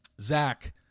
Zach